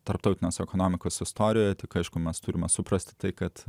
tarptautinės ekonomikos istorijoje tik aišku mes turime suprasti tai kad